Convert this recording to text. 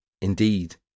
Indeed